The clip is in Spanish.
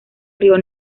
río